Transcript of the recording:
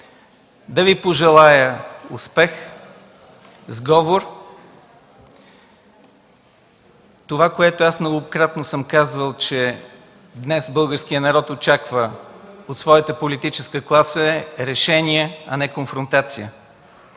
да Ви пожелая успех, сговор. Това, което аз многократно съм казвал, че днес българският народ очаква от своята политическа класа, е решение, а не конфронтация.